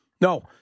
No